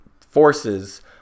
forces